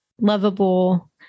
lovable